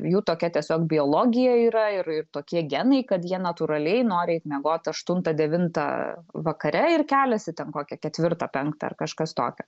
jų tokia tiesiog biologija yra ir tokie genai kad jie natūraliai nori eit miegot aštuntą devintą vakare ir keliasi ten kokį ketvirtą penktą ar kažkas tokio